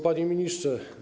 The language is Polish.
Panie Ministrze!